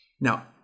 Now